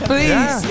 Please